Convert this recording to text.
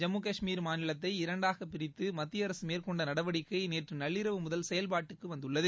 ஜம்மு கஷ்மீர் மாநிலத்தை இரண்டாகப் பிரித்துமத்தியஅரசுமேற்கொண்டநடவடிக்கைநேற்றுநள்ளிரவு முதல் செயல்பாட்டுக்குவந்துள்ளது